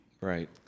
Right